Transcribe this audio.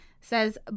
Says